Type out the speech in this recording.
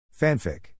Fanfic